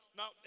now